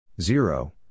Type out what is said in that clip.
zero